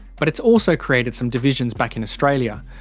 but it's also created some divisions back in australia,